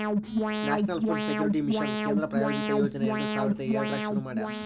national food security mission ಕೇಂದ್ರ ಪ್ರಾಯೋಜಿತ ಯೋಜನಾ ಎರಡು ಸಾವಿರದ ಏಳರಾಗ್ ಶುರು ಮಾಡ್ಯಾರ